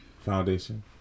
Foundation